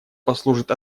послужит